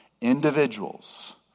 individuals